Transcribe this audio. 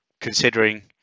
considering